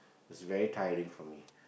it was very tiring for me